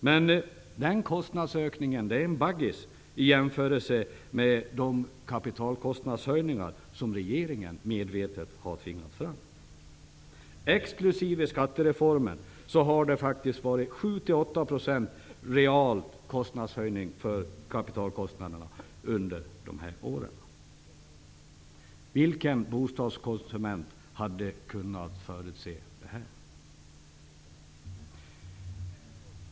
Men kostnadsökningen är en bagatell jämfört med de kapitalkostnadshöjningar som regeringen medvetet har tvingat fram. Exklusive skattereformen har det faktiskt varit fråga om 7 till 8 % reala höjningar av kapitalkostnaderna under senare år. Vilken bostadskonsument hade kunnat förutse det här?